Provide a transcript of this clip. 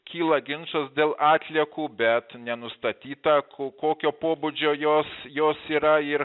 kyla ginčas dėl atliekų bet nenustatyta ko kokio pobūdžio jos jos yra ir